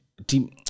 Team